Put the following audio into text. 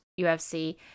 UFC